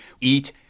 eat